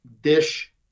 dish